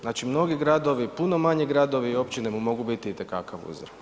Znači mnogi gradovi, puno manji gradovi i općine mu mogu biti itekakav uzor.